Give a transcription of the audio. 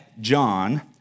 John